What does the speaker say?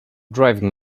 driving